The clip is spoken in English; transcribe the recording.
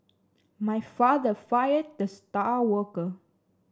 my father fired the star worker